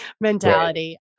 mentality